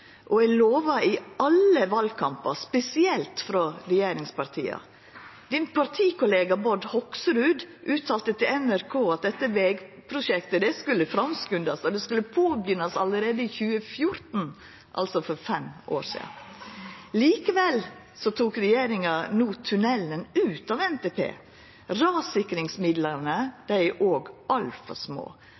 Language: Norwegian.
og er lova i alle valkampar, spesielt frå regjeringspartia. Statsrådens partikollega Bård Hoksrud uttalte til NRK at dette vegprosjektet skulle framskundast, og det skulle påbegynnast allereie i 2014, altså for fem år sidan. Likevel tok regjeringa no tunnelen ut av NTP. Rassikringsmidlane er òg altfor små,